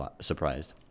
surprised